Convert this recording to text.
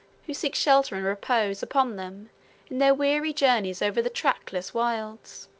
who seek shelter and repose upon them in their weary journeys over the trackless wilds.